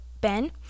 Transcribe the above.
Ben